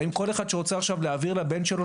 האם כל אחד שרוצה להעביר לבן שלו,